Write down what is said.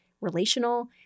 relational